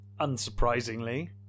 unsurprisingly